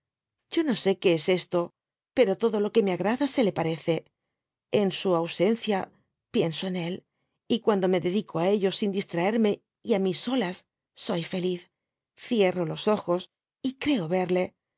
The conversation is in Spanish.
yo no sé que es esto pero todo lo que me agrada se le parece en su ausencia pienso en él y cuando me dedico á ello sin distraerme y á mis solas soy feliz cierro los ojos y creo verle